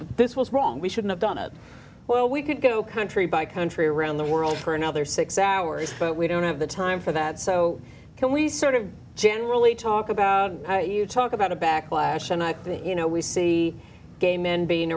this was wrong we should have done it well we could go country by country around the world for another six hours but we don't have the time for that so can we sort of generally talk about you talk about a backlash and i think you know we see gay men being